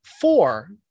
four